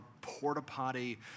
porta-potty